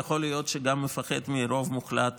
יכול להיות שגם מפחד מרוב מוחלט